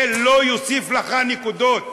זה לא יוסיף לך נקודות.